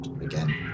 again